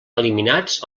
eliminats